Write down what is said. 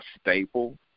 staple